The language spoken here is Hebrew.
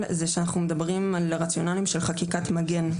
זה שאנחנו מדברים על רציונליים של חקיקת מגן,